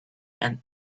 and